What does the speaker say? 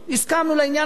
הסכמנו לעניין הזה.